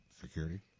security